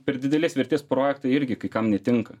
per didelės vertės projektai irgi kai kam netinka